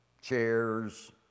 chairs